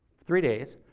three days,